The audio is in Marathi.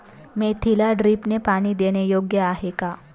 मेथीला ड्रिपने पाणी देणे योग्य आहे का?